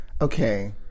okay